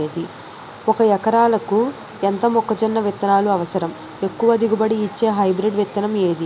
ఒక ఎకరాలకు ఎంత మొక్కజొన్న విత్తనాలు అవసరం? ఎక్కువ దిగుబడి ఇచ్చే హైబ్రిడ్ విత్తనం ఏది?